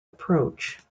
approach